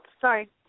sorry